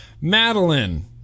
madeline